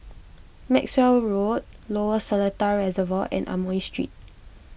Maxwell Road Lower Seletar Reservoir and Amoy Street